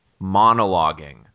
monologuing